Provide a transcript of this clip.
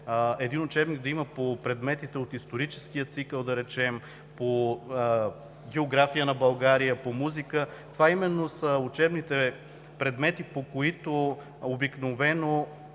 един учебник по предметите от историческия цикъл, по география на България, по музика. Това именно са учебните предмети, по които обикновено